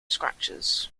scratches